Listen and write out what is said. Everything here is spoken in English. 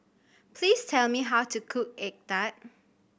please tell me how to cook egg tart